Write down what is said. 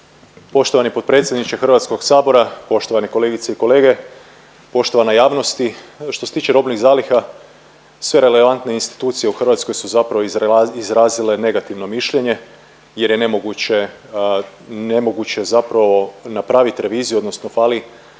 Poštovani potpredsjedniče HS, poštovane kolegice i kolege, poštovana javnosti. Što se tiče robnih zaliha sve relevantne institucije u Hrvatskoj su zapravo izrazile negativno mišljenje jer je nemoguće, nemoguće zapravo napravit reviziju odnosno fali